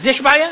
אז יש בעיה.